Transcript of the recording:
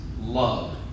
love